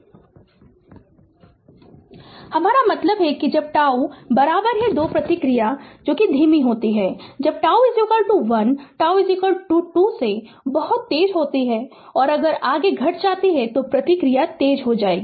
Refer Slide Time 1727 हमारा मतलब है कि जब τ 2 प्रतिक्रिया धीमी होती है जब τ 1 τ 2 से बहुत तेज होती है अगर आगे घट जाती है तो प्रतिक्रिया तेज हो जाएगी